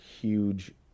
huge